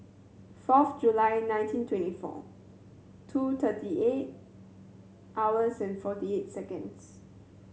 fourth July nineteen twenty four two thirty eight hours and forty eight seconds